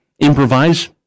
improvise